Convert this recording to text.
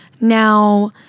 Now